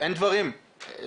'לא היו דברים מעולם,